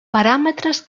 paràmetres